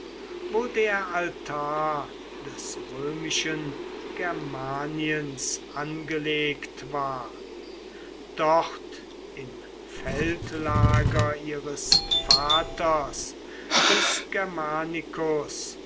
wo der altar des römischen germaniens angelegt war dort im feldlager ihres vaters des germanicus